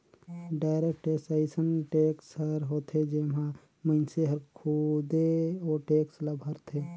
direct tax अइसन tax हर होथे जेम्हां मइनसे हर खुदे ओ टेक्स ल भरथे